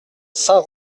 saint